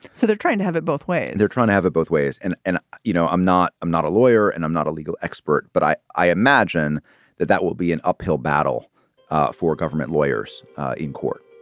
so they're trying to have it both ways. they're trying to have it both ways. and and, you know, i'm not. not a lawyer, and i'm not a legal expert, but i i imagine that that will be an uphill battle for government lawyers in court